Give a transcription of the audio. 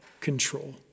control